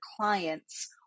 clients